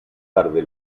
tarde